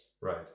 Right